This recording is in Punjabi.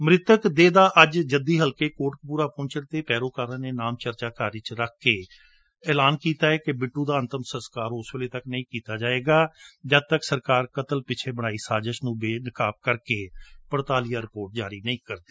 ਮਿੁਤਕ ਦੇਹ ਦਾ ਅੱਜ ਜੱਦੀ ਹਲਕੇ ਕੋਟਕਪੁਰਾ ਪਹੁੰਚਣ ਤੇ ਪੈਰੋਕਾਰਾਂ ਨੇ ਨਾਮ ਚਰਚਾ ਘਰਾਂ ਵਿੱਚ ਦੇਹ ਰੱਕ ਕੇ ਐਲਾਨ ਕੀਤੈ ਕਿ ਅੰਤਮ ਸੰਸਕਾਰ ਉਸ ਵੇਲੇ ਤੱਕ ਨਹੀ ਕੀਤਾ ਜਾਵੇਗਾ ਜਦ ਤੱਕ ਸਰਕਾਰ ਕਤਲ ਪਿੱਛੇ ਬਣਾਈ ਸਾਜਸ਼ ਨੂੰ ਬੇਨਕਾਬ ਕਰਕੇ ਪੜਤਾਲੀਆ ਰਿਪੋਰਟ ਜਾਰੀ ਨਹੀ ਕਰਦੀ